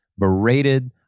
berated